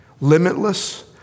Limitless